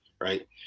right